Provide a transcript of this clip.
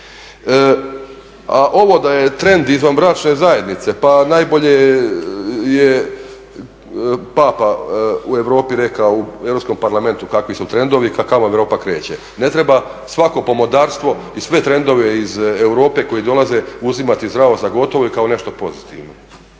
A ovo da je trend izvanbračne zajednice, pa najbolje je Papa u Europi rekao u Europskom parlamentu kakvi su trendovi kako Europa kreće. Ne treba svako pomodarstvo i sve trendove iz Europe koji dolaze uzimati zdravo za gotovo i kao nešto pozitivno.